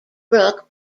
brook